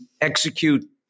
execute